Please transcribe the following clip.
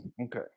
Okay